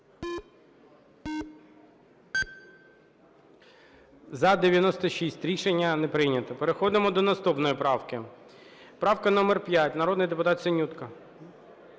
За-96 Рішення не прийнято. Переходимо до наступної правки. Правка номер 5, народний депутат Синютка.